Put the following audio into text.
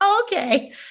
Okay